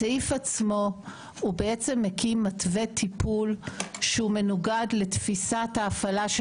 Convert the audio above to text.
הסעיף עצמו בעצם מקים מתווה טיפול שמנוגד לתפיסת ההפעלה של